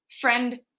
friend